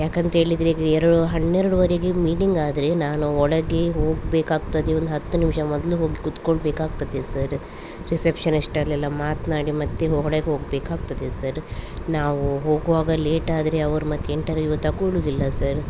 ಯಾಕಂತೇಳಿದ್ರೆ ಈಗ ಎರಡು ಹನ್ನೆರಡುವರೆಗೆ ಮೀಟಿಂಗ್ ಆದರೆ ನಾನು ಒಳಗೆ ಹೋಗಬೇಕಾಗ್ತದೆ ಒಂದು ಹತ್ತು ನಿಮಿಷ ಮೊದಲು ಹೋಗಿ ಕುತ್ಕೊಳ್ಬೇಕಾಗ್ತದೆ ಸರ ರಿಸೆಪ್ಷನಿಸ್ಟಲ್ಲೆಲ್ಲ ಮಾತನಾಡಿ ಮತ್ತು ಹೊ ಒಳಗೆ ಹೋಗಬೇಕಾಗ್ತದೆ ಸರ್ ನಾವು ಹೋಗುವಾಗ ಲೇಟಾದರೆ ಅವರು ಮತ್ತು ಇಂಟರ್ವ್ಯೂವ್ ತೊಗೋಳೋದಿಲ್ಲ ಸರ್